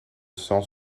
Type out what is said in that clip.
cent